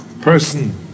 Person